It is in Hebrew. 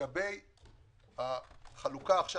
לגבי החלוקה עכשיו.